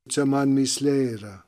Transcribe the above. čia man mįslė yra